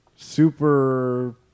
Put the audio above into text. Super